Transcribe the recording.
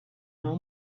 how